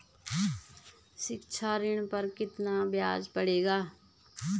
शिक्षा ऋण पर कितना ब्याज पड़ेगा?